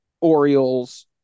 Orioles